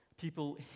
people